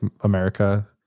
America